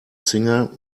singer